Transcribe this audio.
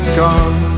gone